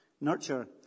Nurture